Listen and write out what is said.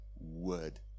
word